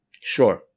Sure